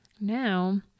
now